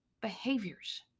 behaviors